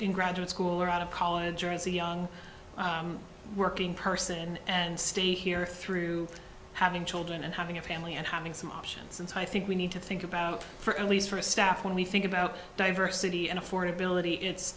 in graduate school or out of college or as a young working person and stay here through having children and having a family and having some options and so i think we need to think about for at least for a staff when we think about diversity and affordability it's